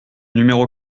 numéro